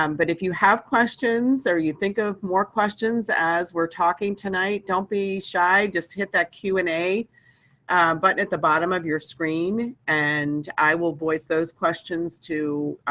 um but if you have questions or you think of more questions as we're talking tonight, don't be shy. just hit that q and a button at the bottom of your screen, and i will voice those questions to